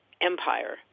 empire